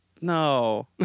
no